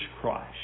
Christ